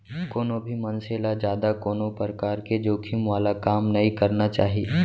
कोनो भी मनसे ल जादा कोनो परकार के जोखिम वाला काम नइ करना चाही